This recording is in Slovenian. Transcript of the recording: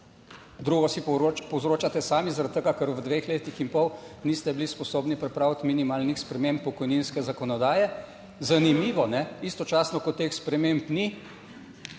Drugo si povzročate sami zaradi tega, ker v dveh letih in pol niste bili sposobni pripraviti minimalnih sprememb pokojninske zakonodaje, zanimivo, istočasno ko teh sprememb ni.